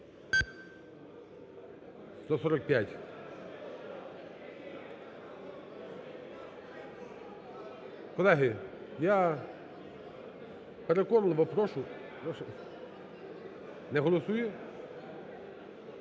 145. Колеги, я переконливо прошу… не голосує?